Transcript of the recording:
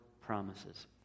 promises